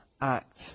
act